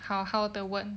好好的问